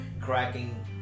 cracking